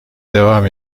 devam